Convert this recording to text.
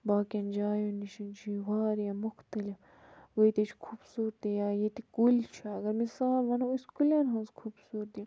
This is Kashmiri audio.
باقٕیَن جاین نِش چھِ یہِ واریاہ مختلف گوٚو ییٚتِچۍ خوٗبصوٗرتی یا ییٚتِکۍ کُلۍ چھِ اگر مِثال وَنو أسۍ کُلیٚن ہنٛز خوٗبصوٗرتی